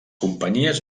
companyies